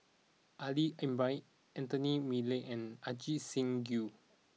Ali Ibrahim Anthony Miller and Ajit Singh Gill